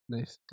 Nice